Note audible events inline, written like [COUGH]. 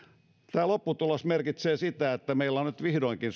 tämä lopputulos merkitsee sitä että meillä suomella on nyt vihdoinkin [UNINTELLIGIBLE]